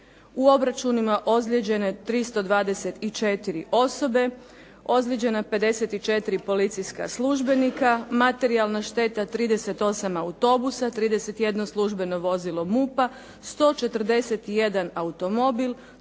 u obračunima ozlijeđene 324 osobe, ozlijeđena 54 policijska službenika, materijalna šteta 38 autobusa, 31 službeno vozilo MUP-a, 141 automobil,